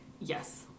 Yes